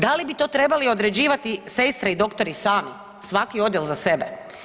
Da li bi to trebali određivati sestre i doktori sami, svaki odjel za sebe?